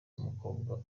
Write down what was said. w’umukobwa